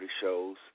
shows